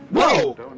Whoa